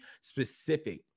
specific